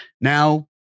Now